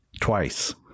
twice